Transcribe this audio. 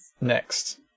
next